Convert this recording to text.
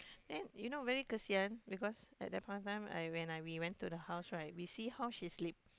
then you know very kesian because at that point of time I went when we went to her house right we see how she sleep